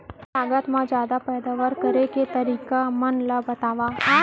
कम लागत मा जादा पैदावार करे के तरीका मन ला बतावव?